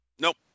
Nope